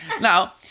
Now